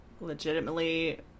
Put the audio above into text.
legitimately